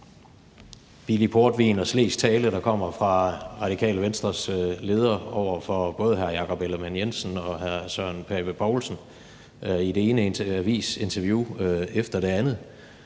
billig portvin og slesk tale og de løfter, der kommer fra Radikale Venstres leder over for både hr. Jakob Ellemann-Jensen og hr. Søren Pape Poulsen i det ene avisinterview efter det andet.